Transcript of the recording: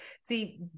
See